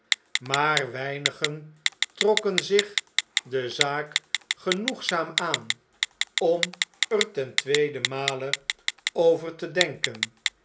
maar weinigen trokken zich de zaak genoegzaam aan om er ten tweede male over te denken